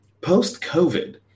post-covid